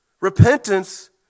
Repentance